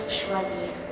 choisir